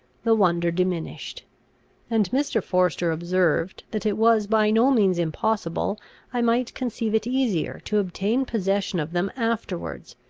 the wonder diminished and mr. forester observed, that it was by no means impossible i might conceive it easier to obtain possession of them afterwards,